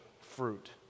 fruit